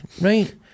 right